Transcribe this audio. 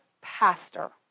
pastor